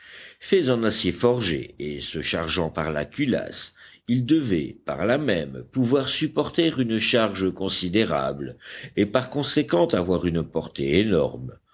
faits en acier forgé et se chargeant par la culasse ils devaient par là même pouvoir supporter une charge considérable et par conséquent avoir une portée énorme